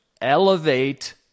elevate